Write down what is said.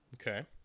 Okay